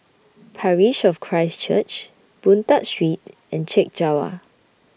Parish of Christ Church Boon Tat Street and Chek Jawa